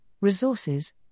resources